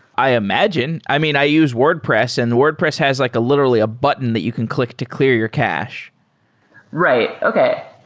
i imagine. i mean, i use wordpress, and wordpress has like literally a button that you can click to clear your cache right. okay.